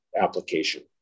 application